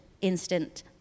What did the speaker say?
instant